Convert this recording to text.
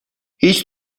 هیچ